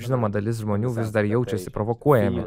žinoma dalis žmonių vis dar jaučiasi provokuojami